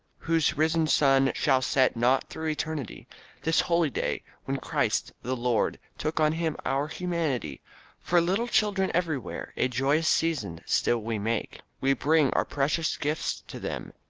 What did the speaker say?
whose risen sun shall set not through eternity this holy day, when christ, the lord, took on him our humanity for little children everywhere a joyous season still we make we bring our precious gifts to them,